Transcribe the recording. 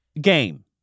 Game